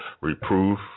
reproof